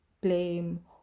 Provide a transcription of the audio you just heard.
blame